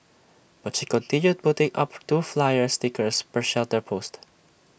but she continued putting up two flyer stickers per shelter post